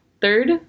Third